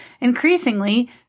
Increasingly